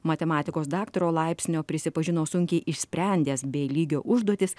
matematikos daktaro laipsnio prisipažino sunkiai išsprendęs b lygio užduotis